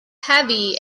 heavy